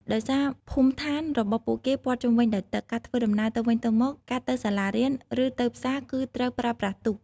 ដោយសារភូមិដ្ឋានរបស់ពួកគេព័ទ្ធជុំវិញដោយទឹក ការធ្វើដំណើរទៅវិញទៅមក ការទៅសាលារៀន ឬទៅផ្សារគឺត្រូវប្រើប្រាស់ទូក។